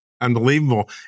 Unbelievable